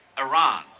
Iran